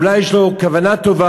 אולי יש לו כוונה טובה,